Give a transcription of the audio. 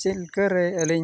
ᱪᱮᱫ ᱞᱮᱠᱟᱨᱮ ᱟᱹᱞᱤᱧ